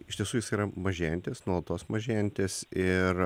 iš tiesų jis yra mažėjantis nuolatos mažėjantis ir